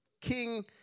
King